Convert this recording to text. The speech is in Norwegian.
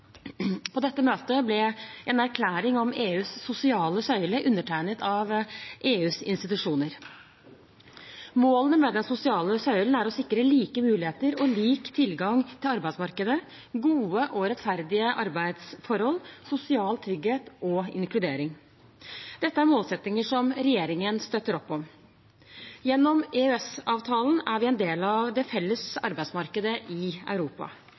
På dette møtet ble en erklæring om EUs sosiale søyle undertegnet av EUs institusjoner. Målene med den sosiale søylen er å sikre like muligheter og lik tilgang til arbeidsmarkedet, gode og rettferdige arbeidsforhold, sosial trygghet og inkludering. Dette er målsettinger som regjeringen støtter opp om. Gjennom EØS-avtalen er vi en del av det felles arbeidsmarkedet i Europa.